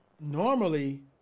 Normally